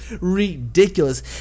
ridiculous